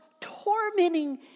tormenting